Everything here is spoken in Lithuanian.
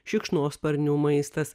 šikšnosparnių maistas